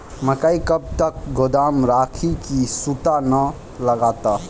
मकई कब तक गोदाम राखि की सूड़ा न लगता?